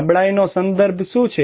નબળાઈનો સંદર્ભ શું છે